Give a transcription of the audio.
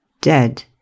Dead